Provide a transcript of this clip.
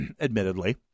admittedly